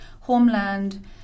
homeland